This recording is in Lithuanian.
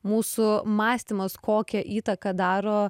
mūsų mąstymas kokią įtaką daro